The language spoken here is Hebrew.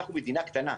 אנחנו מדינה קטנה,